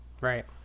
Right